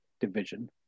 division